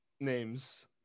names